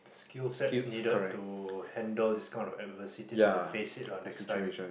skillsets needed to handle this kind of adversities when they face it lah next time